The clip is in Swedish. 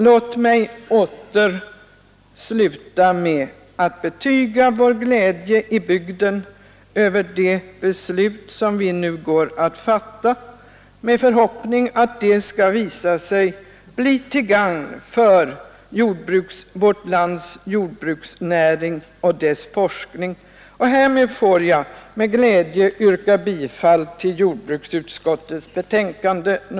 Låt mig sluta med att åter betyga vår glädje i bygden över det beslut som riksdagen nu går att fatta och vår förhoppning att det skall visa sig bli till gagn för vårt lands jordbruksnäring och forskning. Härmed får jag med glädje yrka bifall till utskottets hemställan.